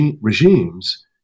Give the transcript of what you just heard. regimes